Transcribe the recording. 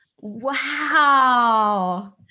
Wow